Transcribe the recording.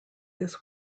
this